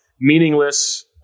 meaningless